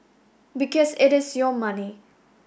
because it is your money